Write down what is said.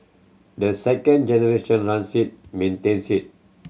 the second generation runs it maintains it